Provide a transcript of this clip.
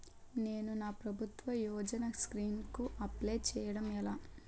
నేను నా ప్రభుత్వ యోజన స్కీం కు అప్లై చేయడం ఎలా?